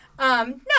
No